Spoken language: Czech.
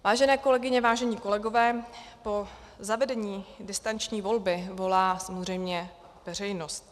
Vážené kolegyně, vážení kolegové, po zavedení distanční volby volá samozřejmě veřejnost.